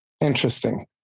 Interesting